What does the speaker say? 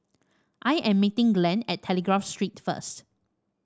I am meeting Glenn at Telegraph Street first